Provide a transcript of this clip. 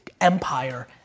empire